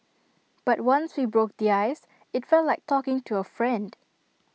but once we broke the ice IT felt like talking to A friend